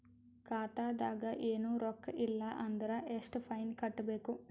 ಖಾತಾದಾಗ ಏನು ರೊಕ್ಕ ಇಲ್ಲ ಅಂದರ ಎಷ್ಟ ಫೈನ್ ಕಟ್ಟಬೇಕು?